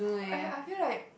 I I feel like